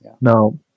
Now